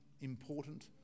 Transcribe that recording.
important